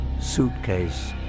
suitcase